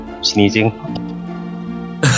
sneezing